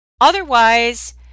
Otherwise